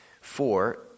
For